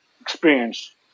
experience